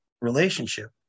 relationship